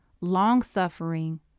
long-suffering